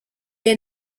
est